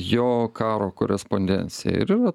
jo karo korespondencija ir yra